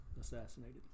assassinated